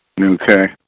Okay